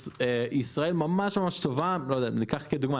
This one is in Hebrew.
ניקח כדוגמה,